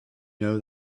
know